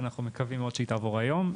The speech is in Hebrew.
שאנחנו מקווים מאוד שהיא תעבור היום.